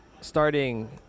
starting